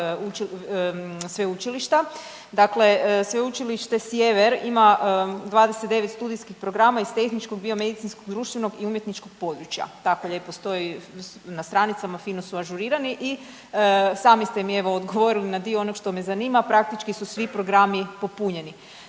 sveučilišta, dakle Sveučilište Sjever ima 29 studijskih programa iz tehničkog, biomedicinskog, društvenog i umjetničkog područja tako lijepo stoji na stranicama, fino su ažurirani i sami ste mi evo odgovorili na dio onog što me zanima, praktički su svi programi popunjeni.